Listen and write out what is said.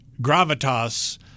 gravitas